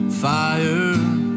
fire